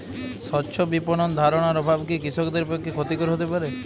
স্বচ্ছ বিপণন ধারণার অভাব কি কৃষকদের পক্ষে ক্ষতিকর হতে পারে?